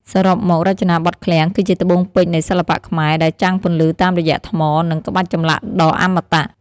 សរុបមក រចនាបថឃ្លាំងគឺជាត្បូងពេជ្រនៃសិល្បៈខ្មែរ ដែលចាំងពន្លឺតាមរយៈថ្ម និងក្បាច់ចម្លាក់ដ៏អមតៈ។